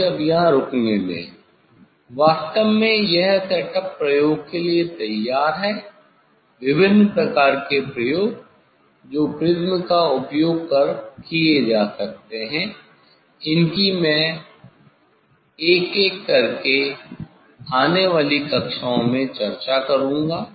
मुझे अब यहां रुकने दें वास्तव में यह सेटअप प्रयोग के लिए तैयार है विभिन्न प्रकार के प्रयोग जो प्रिज्म का उपयोग कर किये जा सकते हैं इनकी में एक एक करके मैं आने वाली कक्षाओं में चर्चा करूंगा